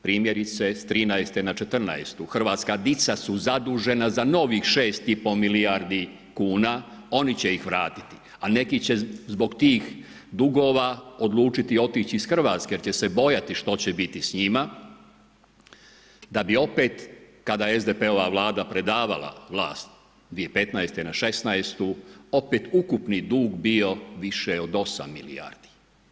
Primjerice, s 13-te na 14-tu Hrvatska dica su zadužena za novih 6 i pol milijardi kuna, oni će ih vratiti, a neki će zbog tih dugova odlučiti otići iz Hrvatske jer će se bojati što će biti s njima, da bi opet kad je SDP-ova Vlada predavala vlast 2015. na 16. opet ukupni dug bio više od 8 milijardi.